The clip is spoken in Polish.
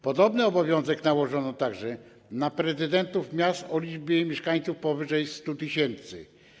Podobny obowiązek nałożono także na prezydentów miast o liczbie mieszkańców pow. 100 tys.